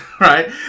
right